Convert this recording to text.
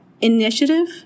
initiative